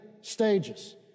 stages